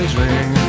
ring